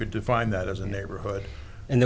could define that as a neighborhood and